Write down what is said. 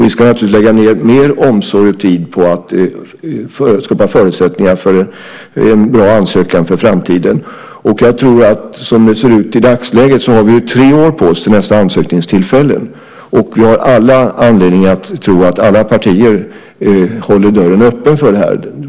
Vi ska naturligtvis lägga ned mer omsorg och tid på att skapa förutsättningar för en bra ansökan för framtiden. Jag tror att som det ser ut i dagsläget har vi tre år på oss till nästa ansökningstillfälle, och vi har alla anledningar att tro att alla partier håller dörren öppen för det här.